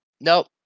nope